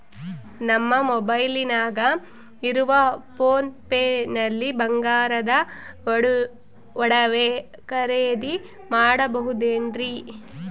ನಮ್ಮ ಮೊಬೈಲಿನಾಗ ಇರುವ ಪೋನ್ ಪೇ ನಲ್ಲಿ ಬಂಗಾರದ ಒಡವೆ ಖರೇದಿ ಮಾಡಬಹುದೇನ್ರಿ?